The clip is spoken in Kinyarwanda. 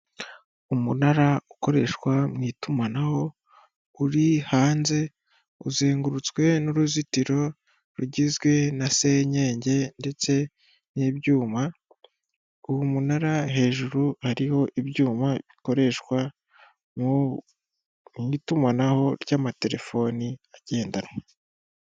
Umunara ukoreshwa mu itumanaho uri hanze uzengurutswe n'uruzitiro rugizwe na senyenge ndetse n'ibyuma, uwo munara hejuru hariho ibyuma bikoreshwa mu itumanaho ry'amatelefoni agendanwa.